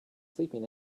sleeping